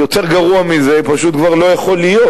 יותר גרוע מזה פשוט כבר לא יכול להיות.